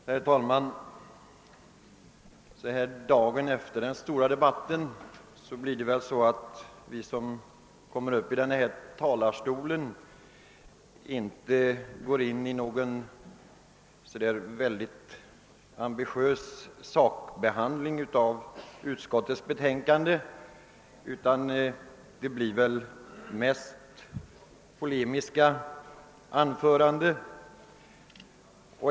Herr talman! Så här dagen efter den stora debatten går väl vi som kommer upp i denna talarstol inte in på någon ambitiös sakbehandling av utskottets betänkanden; anförandena blir nog mest polemiska.